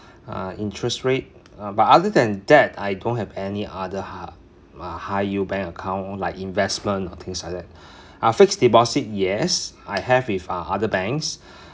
uh interest rate uh but other than that I don't have any other hi~ high yield bank account like investment or things like uh fixed deposit yes I have with uh other banks